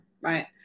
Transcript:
Right